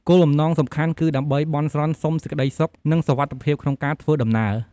គោលបំណងសំខាន់គឺដើម្បី បន់ស្រន់សុំសេចក្តីសុខ និងសុវត្ថិភាពក្នុងការធ្វើដំណើរ។